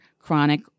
chronic